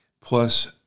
plus